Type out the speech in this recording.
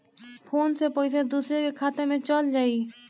Phone से पईसा दूसरे के खाता में चल जाई?